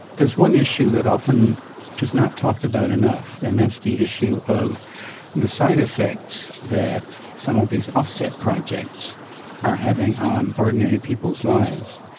there is one issue that is not talked about enough and that's the issue of the side effects that some of these offset projects are having on ordinary people's lives.